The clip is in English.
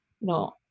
No